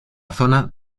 zona